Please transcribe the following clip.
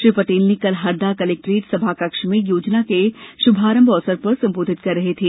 श्री पटेल कल हरदा कलेक्ट्रेट सभाकक्ष में योजना के शुभारंभ अवसर पर संबोधित कर रहे थे